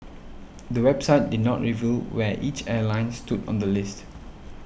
the website did not reveal where each airline stood on the list